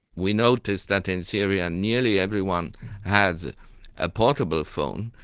we noticed that in syria nearly everyone has a portable phone.